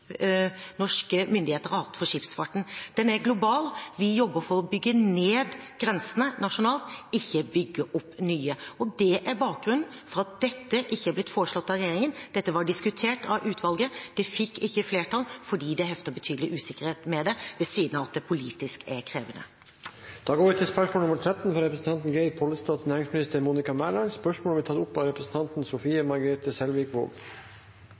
norske myndigheter har hatt for skipsfarten. Den er global. Vi jobber for å bygge ned grensene nasjonalt, ikke bygge opp nye. Det er bakgrunnen for at dette ikke er blitt foreslått av regjeringen. Dette var diskutert av utvalget. Det fikk ikke flertall fordi det hefter betydelig usikkerhet ved det, ved siden av at det politisk er krevende. Dette spørsmålet, fra representanten Geir Pollestad, vil bli tatt opp av representanten Sofie Margrethe Selvikvåg.